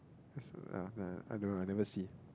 I don't know I never see